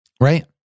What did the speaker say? right